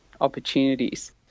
opportunities